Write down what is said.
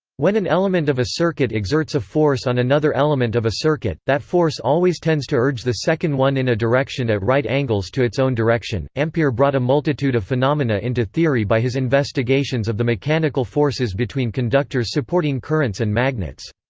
when an element of a circuit exerts a force on another element of a circuit, that force always tends to urge the second one in a direction at right angles to its own direction ampere brought a multitude of phenomena into theory by his investigations of the mechanical forces between conductors supporting currents and magnets.